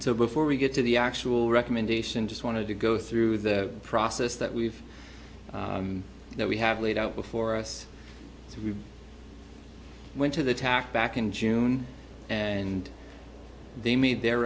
so before we get to the actual recommendation just want to go through the process that we've that we have laid out before us we went to the tac back in june and they made their